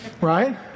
right